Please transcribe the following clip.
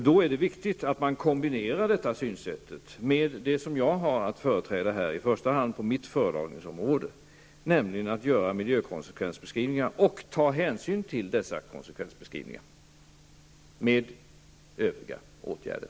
Det är viktigt att man kombinerar detta synsätt, i första hand när det gäller de frågor som jag har att företräda på mitt föredragningsområde, med att göra miljökonsekvensbeskrivningar, och ta hänsyn till dessa miljökonsekvensbeskrivningar, och vidta övriga åtgärder.